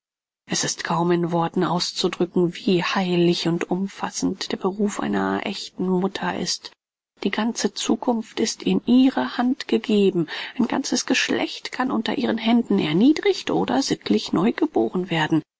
es ist kaum in worten auszudrücken wie heilig und umfassend der beruf einer ächten mutter ist die ganze zukunft ist in ihre hand gegeben ein ganzes geschlecht kann unter ihren händen erniedrigt oder sittlich neugeboren werden